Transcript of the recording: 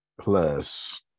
Plus